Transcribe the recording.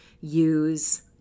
use